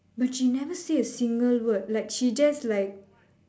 but she never say a single word like she just like